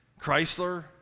Chrysler